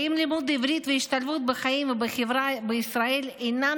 האם לימוד עברית והשתלבות בחיים ובחברה בישראל אינם